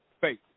faith